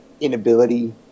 inability